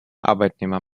arbeitnehmer